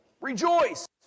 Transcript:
Rejoice